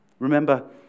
Remember